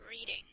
reading